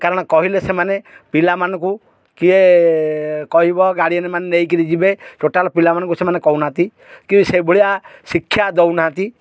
କାରଣ କହିଲେ ସେମାନେ ପିଲାମାନଙ୍କୁ କିଏ କହିବ ଗାର୍ଡିଆନ୍ ମାନେ ନେଇକିରି ଯିବେ ଟୋଟାଲ୍ ପିଲାମାନଙ୍କୁ ସେମାନେ କହୁନାହାନ୍ତି କି ସେଭଳିଆ ଶିକ୍ଷା ଦଉନାହାନ୍ତି